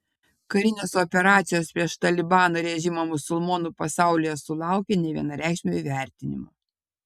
karinės operacijos prieš talibano režimą musulmonų pasaulyje sulaukė nevienareikšmio įvertinimo